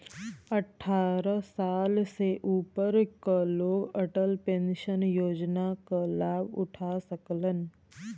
अट्ठारह साल से ऊपर क लोग अटल पेंशन योजना क लाभ उठा सकलन